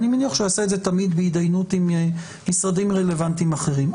אני מניח שהוא יעשה את זה תמיד בהידיינות עם משרדים רלוונטיים אחרים.